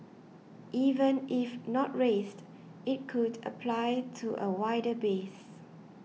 even if not raised it could apply to a wider base